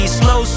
slow